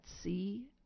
see